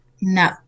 No